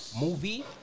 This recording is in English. Movie